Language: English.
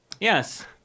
Yes